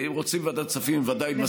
אם רוצים בוועדת הכספים, אני ודאי מסכים.